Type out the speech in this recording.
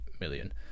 million